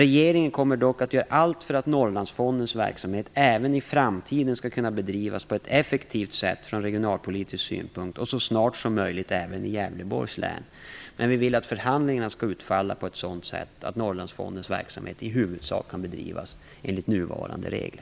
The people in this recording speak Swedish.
Regeringen kommer dock att göra allt för att Norrlandsfondens verksamhet även i framtiden skall kunna bedrivas på ett effektivt sätt från regionalpolitisk synpunkt och så snart som möjligt även i Gävleborgs län. Men vi vill att förhandlingarna skall utfalla på ett sådant sätt att Norrlandsfondens verksamhet i huvudsak kan bedrivas enligt nuvarande regler.